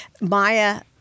Maya